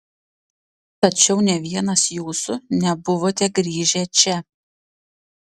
tačiau nė vienas jūsų nebuvote grįžę čia